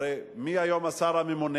הרי מי היום השר הממונה?